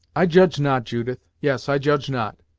i judge not, judith yes, i judge not.